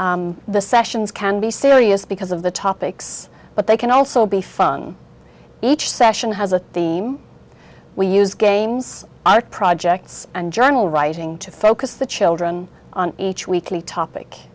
sessions can be serious because of the topics but they can also be fun each session has a theme we use games art projects and journal writing to focus the children on each weekly topic